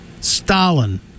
Stalin